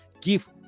give